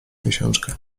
miesiączkę